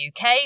UK